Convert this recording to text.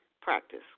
practice